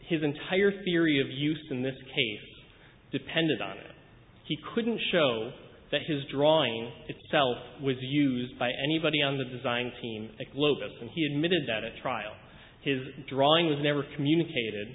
his entire theory of use in this case depended on it he couldn't show that his drawing itself was used by anybody on the design team lotus and he admitted that a trial his drawing was never communicated